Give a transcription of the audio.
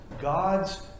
God's